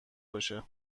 باشه